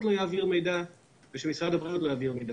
לא יעביר מידע ומשרד הבריאות לא יעביר מידע.